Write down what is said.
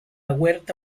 huerta